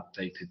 updated